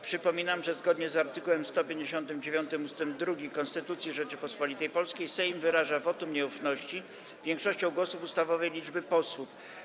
Przypominam, że zgodnie z art. 159 ust. 2 Konstytucji Rzeczypospolitej Polskiej Sejm wyraża wotum nieufności większością głosów ustawowej liczby posłów.